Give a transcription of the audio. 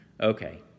Okay